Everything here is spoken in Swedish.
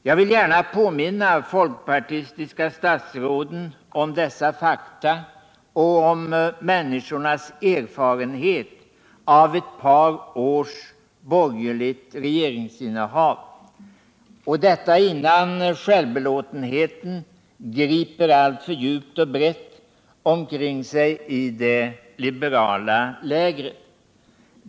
Jag vill gärna påminna de folkpartistiska statsråden om dessa fakta och om människornas erfarenhet av ett par års borgerligt regeringsinnehav, innan självbelåtenheten griper alltför djupt och brett omkring sig i det liberala lägret.